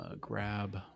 grab